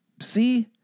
See